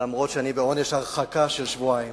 אף שאני בעונש הרחקה של שבועיים.